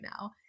now